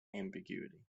ambiguity